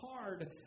hard